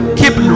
keep